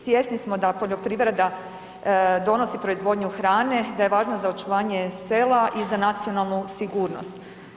Svjesni smo da poljoprivreda donosi proizvodnju hrane, da je važna za očuvanje sela i za nacionalnu sigurnost.